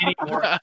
anymore